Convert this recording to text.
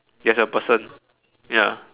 there's a person ya